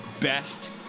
best